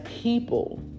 people